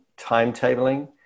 timetabling